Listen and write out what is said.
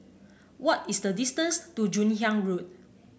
what is the distance to Joon Hiang Road